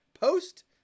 post